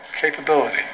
capability